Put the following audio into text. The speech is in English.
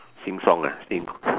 sing song ah sing